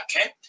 Okay